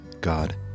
God